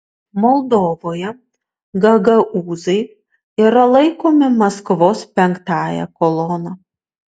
moldovoje gagaūzai yra laikomi maskvos penktąja kolona